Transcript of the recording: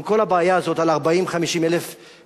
עם כל הבעיה הזאת על 40,000 50,000 המסתננים,